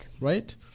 right